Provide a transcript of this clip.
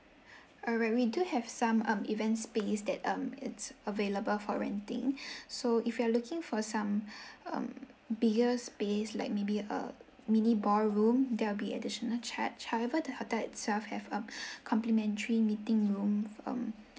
alright we do have some um event space that um it's available for renting so if you are looking for some um bigger space like maybe a mini ballroom there will be additional charge however the hotel itself have a complementary meeting room um